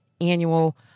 annual